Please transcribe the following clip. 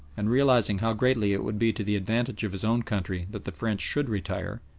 and realising how greatly it would be to the advantage of his own country that the french should retire,